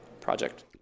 project